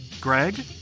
Greg